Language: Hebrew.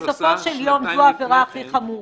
עשה שנתיים לפני כן --- כי בסופו של יום זו העבירה הכי חמורה,